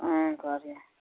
କଣ କରିବା